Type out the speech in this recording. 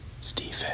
Stephen